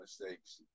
mistakes